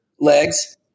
legs